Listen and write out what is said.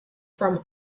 from